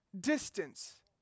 distance